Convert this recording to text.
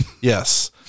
yes